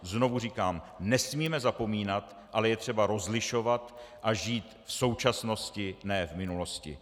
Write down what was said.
Znovu říkám: nesmíme zapomínat, ale je třeba rozlišovat a žít v současnosti, ne v minulosti.